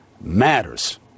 matters